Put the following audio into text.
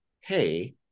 hey